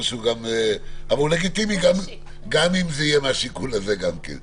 אבל הוא לגיטימי גם אם זה יהיה מהשיקול הזה.